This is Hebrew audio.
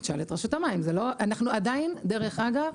תשאל את רשות המים, אנחנו עדיין, דרך אגב,